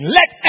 Let